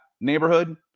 neighborhood